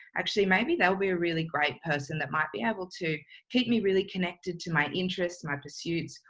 actually maybe they'll be a really great person that might be able to keep me really connected to my interests, my pursuits,